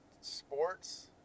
sports